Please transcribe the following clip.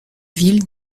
villes